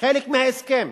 חלק מההסכם?